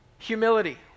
Humility